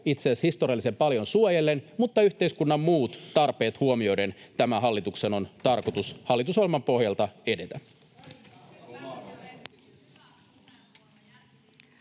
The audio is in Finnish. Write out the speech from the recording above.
itse asiassa historiallisen paljon suojellen mutta yhteiskunnan muut tarpeet huomioiden, tämän hallituksen on tarkoitus hallitusohjelman pohjalta edetä.